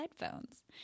headphones